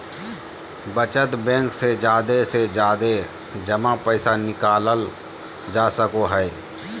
बचत बैंक से जादे से जादे जमा पैसा निकालल जा सको हय